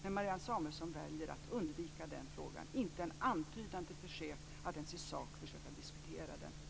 Men Marianne Samuelsson väljer att undvika den frågan. Inte en antydan till försök att ens i sak diskutera den.